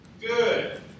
good